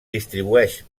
distribueix